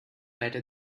better